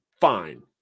fine